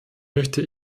möchte